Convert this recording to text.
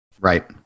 Right